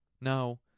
No